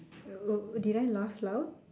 uh did I laugh loud